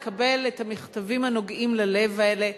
לקבל את המכתבים הנוגעים ללב האלה?